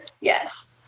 Yes